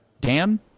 Dan